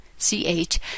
CH